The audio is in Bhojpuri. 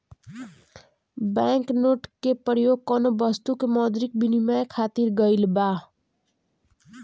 बैंक नोट के परयोग कौनो बस्तु के मौद्रिक बिनिमय खातिर कईल गइल बा